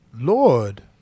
Lord